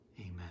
amen